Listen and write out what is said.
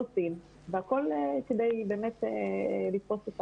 עושים, והכל כדי לתפוס את